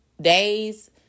Days